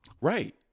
Right